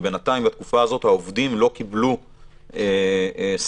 ובינתיים בתקופה הזו העובדים לא קיבלו שכר,